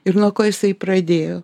ir nuo ko jisai pradėjo